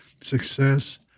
success